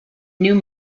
new